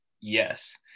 yes